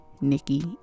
Nikki